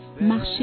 marcher